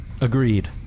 Agreed